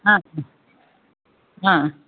অঁ অঁ অঁ